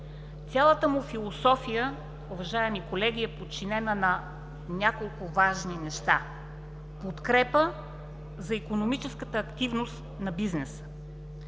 Цялата му философия, уважаеми колеги, е подчинена на няколко важни неща – подкрепа за икономическата активност на бизнеса,